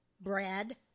Brad